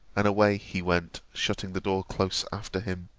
and away he went shutting the door close after him.